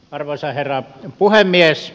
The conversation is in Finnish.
arvoisa herra puhemies